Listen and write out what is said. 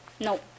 No